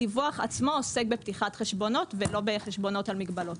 הדיווח עצמו עוסק בפתיחת חשבונות ולא בהגבלות על חשבונות.